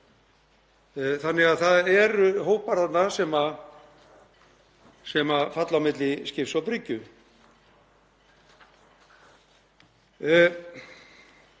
Þannig að það eru hópar þarna sem falla á milli skips og bryggju.